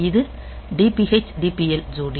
இது DPH DPL ஜோடி